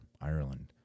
Ireland